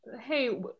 hey